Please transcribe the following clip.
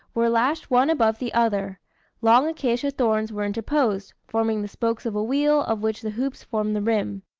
were lashed one above the other long acacia thorns were interposed, forming the spokes of a wheel of which the hoops formed the rim.